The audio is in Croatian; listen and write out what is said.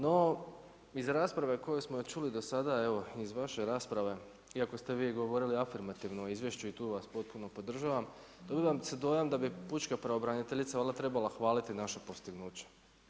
No iz rasprave koju smo čuli do sada, evo iz vaše rasprave, iako ste vi govorili afirmativno u izvješću i tu vas potpuno podržavam, dobiva se dojam da bi Pučka pravobraniteljica valjda trebala hvaliti naše postignuće.